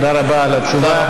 תודה רבה על התשובה.